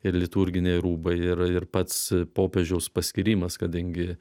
ir liturginiai rūbai ir ir pats popiežiaus paskyrimas kadangi